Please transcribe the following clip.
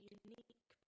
unique